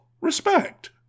respect